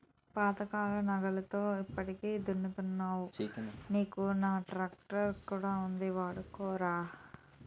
పాతకాలం నాగలితో ఎప్పటికి దున్నుతావ్ గానీ నా ట్రాక్టరక్కడ ఉంది వాడుకోరా